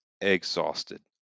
exhausted